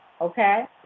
Okay